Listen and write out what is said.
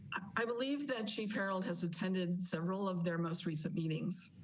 i believe that chief harold has attended several of their most recent meetings,